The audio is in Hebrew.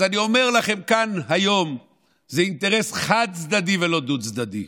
אז אני אומר לכם כאן היום שזה אינטרס חד-צדדי ולא דו-צדדי.